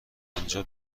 اونجا